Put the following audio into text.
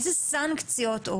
איזה סנקציות,